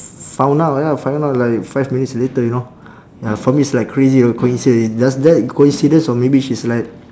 found out ya find out like five minutes later you know ya for me it's like crazy a coincidence does that coincidence or maybe she's like